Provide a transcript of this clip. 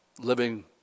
living